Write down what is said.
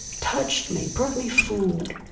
touched me. brought me food.